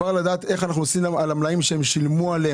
כבר לדעת איך אנחנו עושים על המלאים שהם שילמו עליהם.